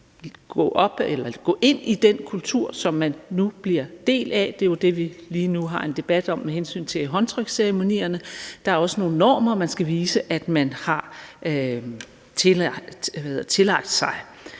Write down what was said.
gå ind i den kultur, som man nu bliver en del af. Det er jo det, vi lige nu har en debat om med hensyn til håndtryksceremonierne. Der er også nogle normer, man skal vise at man har tillagt sig.